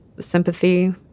sympathy